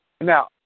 Now